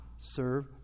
serve